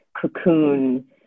cocoon